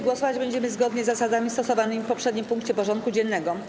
Głosować będziemy zgodnie z zasadami stosowanymi w poprzednim punkcie porządku dziennego.